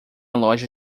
loja